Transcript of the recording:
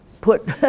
put